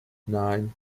nein